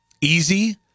easy